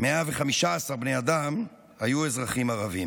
115 בני אדם, היו אזרחים ערבים,